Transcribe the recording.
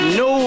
no